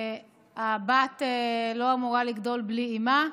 הבת לא אמורה לגדול בלי אימה,